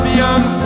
young